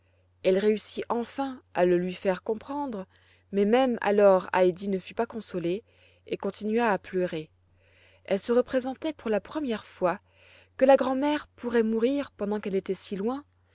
elle réussit enfin le lui faire comprendre mais même alors heidi ne fut pas consolée et continua à pleurer elle se représentait pour la première fois que la grand mère pourrait mourir pendant qu'elle était si loin